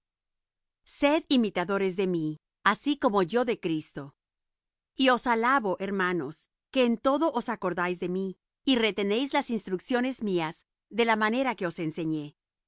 sed imitadores de mí así como yo de cristo y os alabo hermanos que en todo os acordáis de mi y retenéis las instrucciones mías de la manera que os enseñé